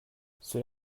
ceux